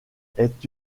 est